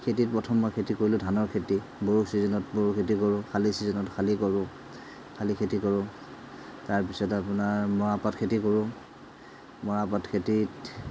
খেতি প্ৰথম মই খেতি কৰিলোঁ ধানৰ খেতি বড়ো চিজনত বড়ো খেতি কৰোঁ শালি চিজনত শালি কৰোঁ শালি খেতি কৰোঁ তাৰপিছত আপোনাৰ মৰাপাট খেতি কৰোঁ মৰাপাট খেতিত